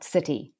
City